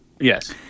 Yes